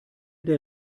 der